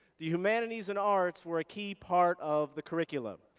the humanities and arts were a key part of the curriculum.